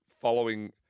following